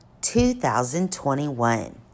2021